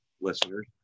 listeners